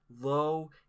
low